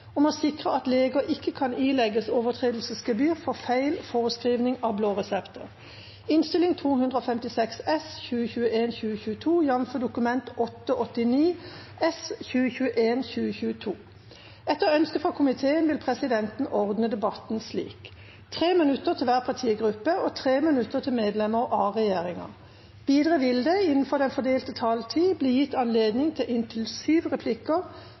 om ordet til sak nr. 10. Etter ønske fra helse- og omsorgskomiteen vil presidenten ordne debatten slik: 3 minutter til hver partigrupper og 3 minutter til medlemmer av regjeringa. Videre vil det – innenfor den fordelte taletid – bli gitt anledning til inntil syv replikker